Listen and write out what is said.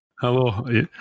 Hello